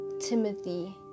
Timothy